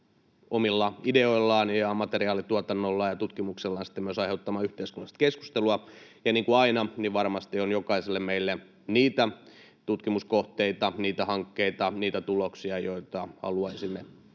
omilla ideoillaan ja materiaalituotannollaan ja tutkimuksellaan sitten myös aiheuttamaan yhteiskunnallista keskustelua. Ja niin kuin aina, varmasti jokaisella meillä on niitä tutkimuskohteita, niitä hankkeita, niitä tuloksia, joita haluaisimme